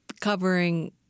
covering